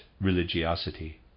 Religiosity